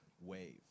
wave